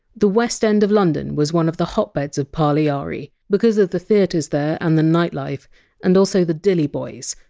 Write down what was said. the west end of london was one of the hotbeds of parlyaree because of the theatres there and the nightlife and also the dilly boys,